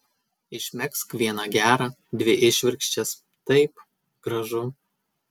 išmegzk vieną gerą dvi išvirkščias taip gražu